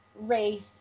race